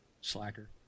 Slacker